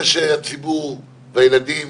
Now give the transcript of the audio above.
זה שהציבור והילדים